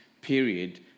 period